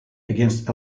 against